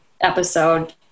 episode